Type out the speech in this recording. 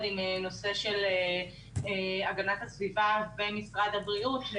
עם נושא הגנת הסביבה ומשרד הבריאות.